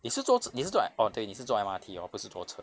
你是坐 z~ 你是坐 oh 对你是坐 M_R_T hor 不是坐车